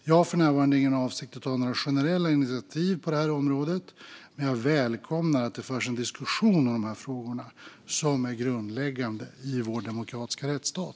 Jag har för närvarande ingen avsikt att ta några generella initiativ på detta område, men jag välkomnar att det förs en diskussion om dessa frågor, som är grundläggande i vår demokratiska rättsstat.